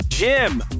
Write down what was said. Jim